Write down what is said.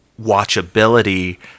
watchability